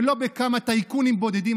ולא בכמה טייקונים בודדים,